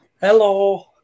Hello